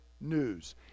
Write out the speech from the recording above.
news